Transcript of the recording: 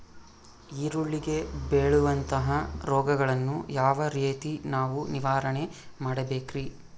ಈರುಳ್ಳಿಗೆ ಬೇಳುವಂತಹ ರೋಗಗಳನ್ನು ಯಾವ ರೇತಿ ನಾವು ನಿವಾರಣೆ ಮಾಡಬೇಕ್ರಿ?